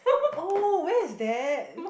oh where is that